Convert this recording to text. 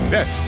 Yes